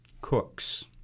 cooks